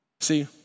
See